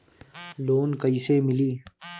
Loan कइसे मिली?